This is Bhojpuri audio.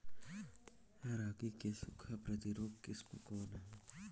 रागी क सूखा प्रतिरोधी किस्म कौन ह?